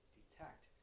detect